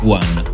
one